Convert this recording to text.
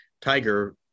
tiger